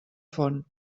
font